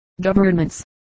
governments